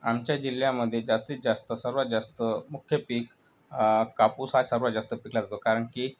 आमच्या जिल्ह्यामध्ये जास्तीत जास्त सर्वात जास्त मुख्य पीक कापूस हा सर्वात जास्त पिकला जातो कारण की